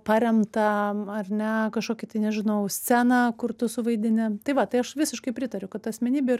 paremtą ar ne kažkokį tai nežinau sceną kur tu suvaidini tai va tai aš visiškai pritariu kad asmenybė ir